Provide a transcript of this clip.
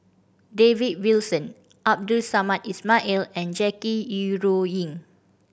David Wilson Abdul Samad Ismail and Jackie Yi Ru Ying